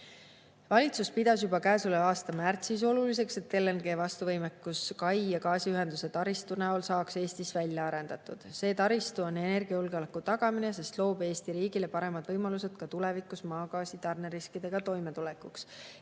Valitsus pidas juba käesoleva aasta märtsis oluliseks, et LNG vastuvõtu võimekus kai ja gaasiühenduse taristu näol saaks Eestis välja arendatud. See taristu tagab energiajulgeoleku, sest loob Eesti riigile paremad võimalused ka tulevikus maagaasi tarneriskidega toimetulekuks.